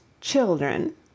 Children